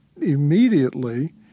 immediately